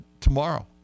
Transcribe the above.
tomorrow